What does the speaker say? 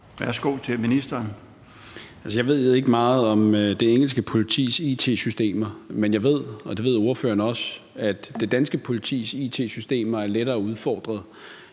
(Peter Hummelgaard): Jeg ved ikke meget om det engelske politis it-systemer, men jeg ved, og det ved ordføreren også, at det danske politis it-systemer er lettere udfordrede.